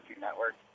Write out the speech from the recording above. Network